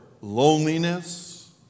Loneliness